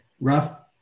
Rough